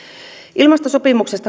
ilmastosopimuksen